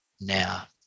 now